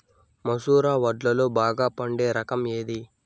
మసూర వడ్లులో బాగా పండే రకం ఏది?